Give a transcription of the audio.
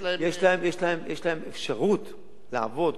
יש להם אפשרות לעבוד.